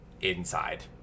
inside